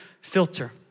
filter